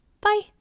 Bye